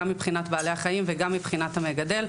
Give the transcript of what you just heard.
גם מבחינת בעלי החיים וגם מבחינת המגדל,